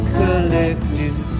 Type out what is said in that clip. collective